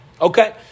Okay